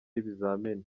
y’ibizamini